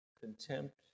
Contempt